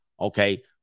okay